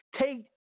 take